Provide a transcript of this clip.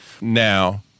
Now